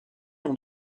ont